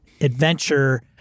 adventure